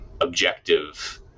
objective